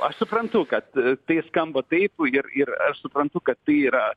aš suprantu kad tai skamba taip ir ir aš suprantu kad tai yra